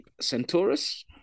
Centaurus